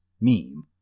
meme